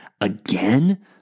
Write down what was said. again